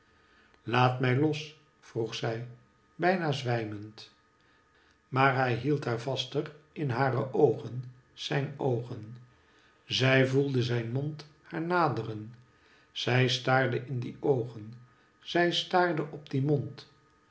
laat mij los vroeg zij bijna zwijmend maar hij hield haar vaster in hare oogen zijn oogen zij voelde zijn mond haar naderen zij staarde in die oogen zij staarde op dien mond